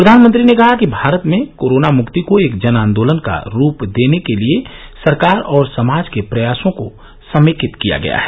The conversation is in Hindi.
प्रधानमंत्री ने कहा कि भारत में कोरोना मुक्ति को एक जन आंदोलन का रुप देने के लिए सरकार और समाज के प्रयासों को समेकित किया गया है